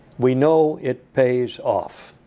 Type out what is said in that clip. we know it pays off.